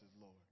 Lord